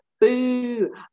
boo